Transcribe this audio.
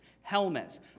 helmets